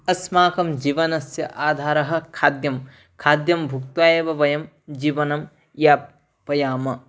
अस्माकं जीवनस्य आधारः खाद्यं खाद्यं भुक्त्वा एव वयं जीवनं यापयामः